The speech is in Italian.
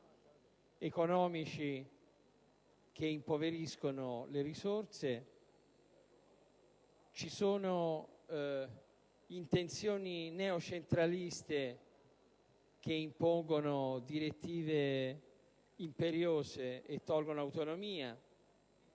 economici, che impoveriscono le risorse, e le intenzioni neocentraliste, che impongono direttive imperiose e tolgono autonomia,